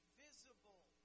visible